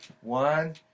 One